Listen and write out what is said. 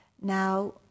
now